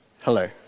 hello